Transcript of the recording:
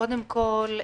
קודם כול,